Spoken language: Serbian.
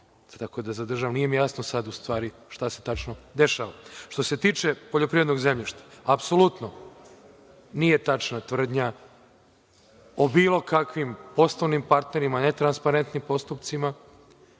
danas izrečeno. Nije mi jasno sad u stvari šta se tačno dešava. Što se tiče poljoprivrednog zemljišta, apsolutno nije tačna tvrdnja o bilo kakvim poslovnim partnerima i netransparentnim postupcima.